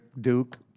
Duke